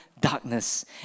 darkness